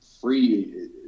free